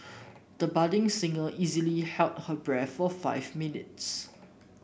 the budding singer easily held her breath for five minutes